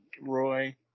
Roy